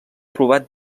trobat